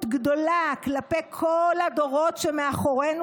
גדולה כלפי כל הדורות שמאחורינו,